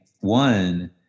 one